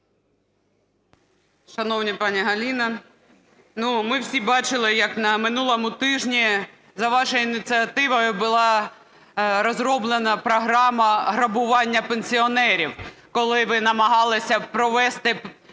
Шановна пані Галина, ми всі бачили, як на минулому тижні, за вашою ініціативою була розроблена програма грабування пенсіонерів, коли ви намагалися провести приватні